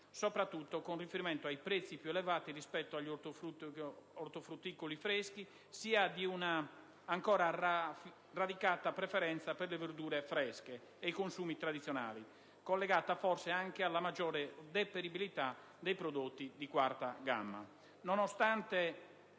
soprattutto con riferimento ai prezzi più elevati rispetto agli ortofrutticoli freschi, sia di una ancora radicata preferenza per le verdure fresche e i consumi tradizionali, collegata forse anche alla maggiore deperibilità dei prodotti di quarta gamma.